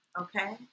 Okay